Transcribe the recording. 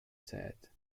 said